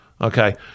Okay